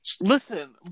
listen